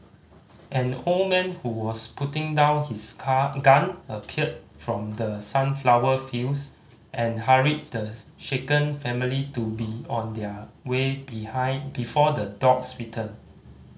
an old man who was putting down his car gun appeared from the sunflower fields and hurried the shaken family to be on their way be before the dogs return